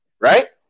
right